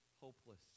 hopeless